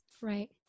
Right